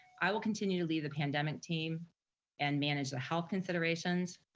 i will continue to lead the pandemic team and manage the health considerations.